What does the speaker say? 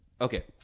okay